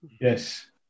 Yes